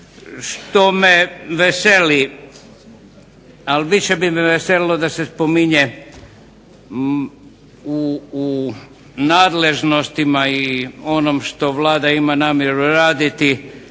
što me veseli ali više bi se veselilo da se spominje u nadležnostima i ono što Vlada ima namjeru raditi